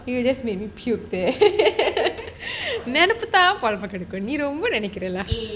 நினப்பு தான் பொழப்ப கெடுக்குது நீ ரொம்ப நினைக்காத:ninappu thaan polappa kedukkuthu nee romba ninaikaatha